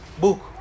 book